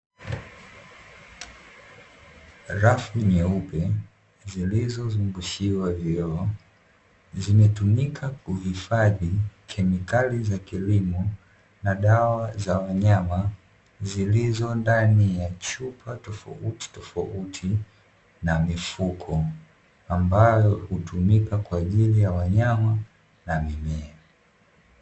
Rafu nyeupe zilizozungushiwa vioo, zimetumika kuhifadhi kemikali za kilimo na dawa za wanyama zilizo ndani ya chupa tofautitofauti na mifuko, ambayo hutumika kwa ajili ya wanyama na mimea.